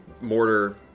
Mortar